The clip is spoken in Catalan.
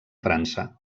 frança